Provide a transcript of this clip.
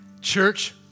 Church